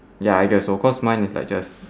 ya I guess so cause mine is like just